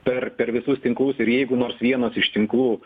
per per visus tinklus ir jeigu nors vienas iš tinklų